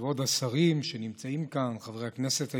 כבוד השרים שנמצאים כאן, חברי הכנסת היקרים,